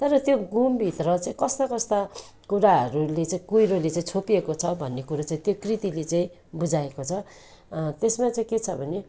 तर त्यो घुमभित्र चाहिँ कस्ता कस्ता कुराहरूले चाहिँ कुहिरोले चाहिँ छोपिएको छ भन्ने कुरो चाहिँ त्यो कृतिले चाहिँ बुझाएको छ त्यसमा चाहिँ के छ भने